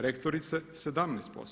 Rektorice 17%